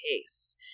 case